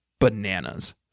bananas